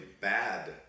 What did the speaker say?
bad